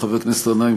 חבר הכנסת גנאים,